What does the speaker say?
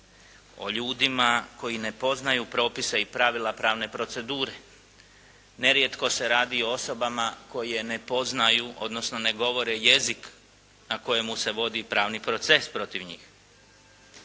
o ljudima koji ne poznaju propise i pravila pravne procedure. Nerijetko se radi o osobama koje ne poznaju, odnosno ne govore jezik na kojemu se vodi pravni proces protiv njih.